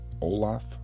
Olaf